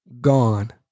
Gone